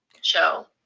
show